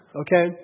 okay